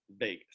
vegas